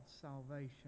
salvation